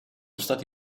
stati